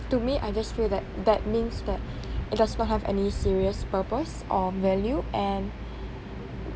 to me I just feel that that means that it does not have any serious purpose or value and